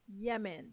Yemen